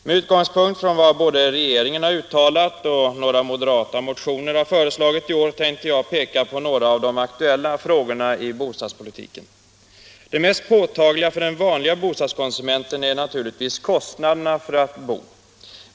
Med utgångspunkt i vad både regeringen har uttalat och några moderata motionärer har föreslagit i år tänkte jag peka på några av de aktuella frågorna i bostadspolitiken. Det mest påtagliga för den vanliga bostadskonsumenten är naturligtvis kostnaderna för att bo.